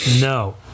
No